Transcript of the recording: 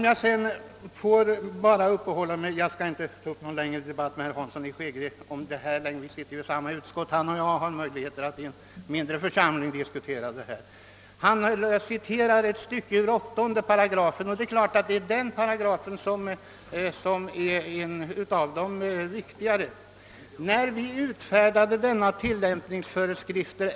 Jag skall inte ta upp någon längre debatt med herr Hansson i Skegrie om detta spörsmål; vi sitter ju i samma utskott och har sålunda möjligheter att i en mindre församling diskutera det. Herr Hansson refererade emellertid ett stycke av 8 §, som är en av de viktigaste bestämmelserna i tillämpningsföreskrifterna.